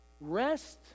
rest